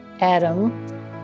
Adam